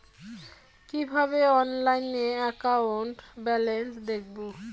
কিভাবে অনলাইনে account balance দেখবো?